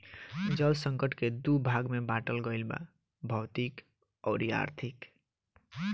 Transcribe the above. जल संकट के दू भाग में बाटल गईल बा भौतिक अउरी आर्थिक